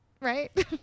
right